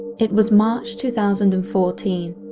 it was march two thousand and fourteen.